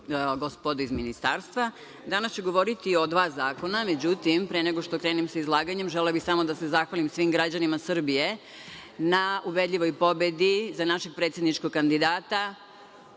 gospodo iz Ministarstva, danas ću govoriti o dva zakona. Međutim, pre nego što krenem sa izlaganjem želela bi samo da se zahvalim svim građanima Srbije na ubedljivoj pobedi za našeg predsedničkog kandidata,